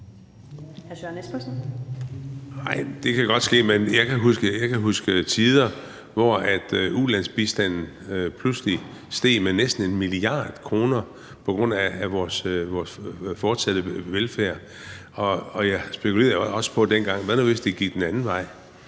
Søren Espersen (DF): Det kan godt ske, men jeg kan huske tider, hvor ulandsbistanden pludselig steg med næsten 1 mia. kr. på grund af vores fortsatte velfærd, og jeg spekulerede også dengang på, at hvad nu, hvis det gik den anden vej